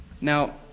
Now